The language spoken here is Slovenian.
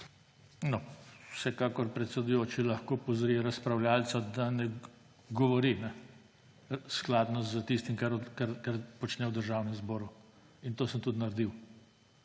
No, vsekakor predsedujoči lahko opozori razpravljavca, da ne govori skladno s tistim, kar počne v Državnem zboru. In to sem tudi naredil.